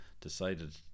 decided